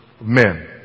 men